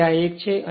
તેથી તે એક છે